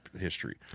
history